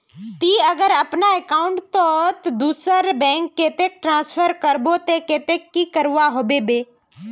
ती अगर अपना अकाउंट तोत दूसरा बैंक कतेक ट्रांसफर करबो ते कतेक की करवा होबे बे?